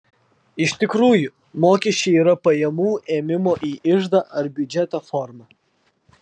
iš tikrųjų mokesčiai yra pajamų ėmimo į iždą ar biudžetą forma